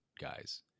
guys